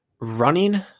running